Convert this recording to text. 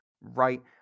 right